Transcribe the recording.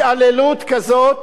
התעללות כזאת